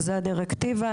זו הדירקטיבה,